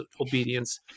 obedience